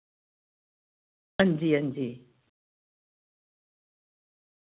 हां जी हां जी